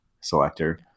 selector